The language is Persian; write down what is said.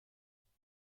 دنبال